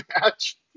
match